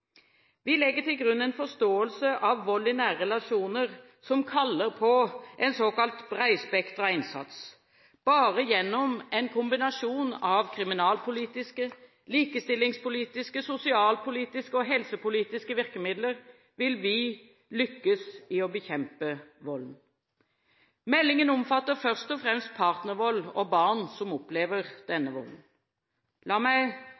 Vi legger til grunn en forståelse av vold i nære relasjoner som kaller på en såkalt bredspektret innsats. Bare gjennom en kombinasjon av kriminalpolitiske, likestillingspolitiske, sosialpolitiske og helsepolitiske virkemidler vil vi lykkes i å bekjempe volden. Meldingen omfatter først og fremst partnervold og barn som opplever denne volden. La meg